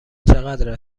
چقدر